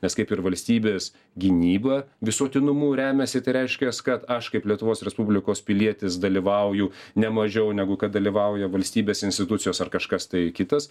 nes kaip ir valstybės gynyba visuotinumu remiasi tai reiškias kad aš kaip lietuvos respublikos pilietis dalyvauju ne mažiau negu kad dalyvauja valstybės institucijos ar kažkas tai kitas